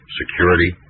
security